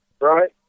Right